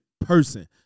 person